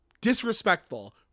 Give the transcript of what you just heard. disrespectful